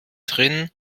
drin